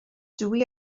dwi